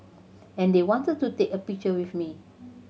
and they wanted to take a picture with me